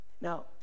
Now